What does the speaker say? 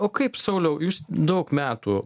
o kaip sauliau jūs daug metų